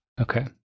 Okay